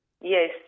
Yes